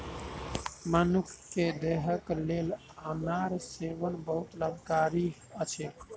मनुख के देहक लेल अनार सेवन बहुत लाभकारी अछि